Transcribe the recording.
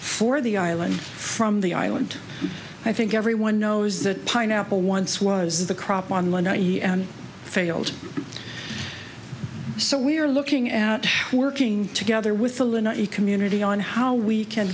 for the island from the island i think everyone knows that pineapple once was the crop on one failed so we are looking at working together with the louis community on how we can